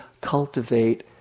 cultivate